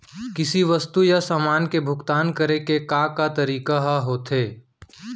किसी वस्तु या समान के भुगतान करे के का का तरीका ह होथे?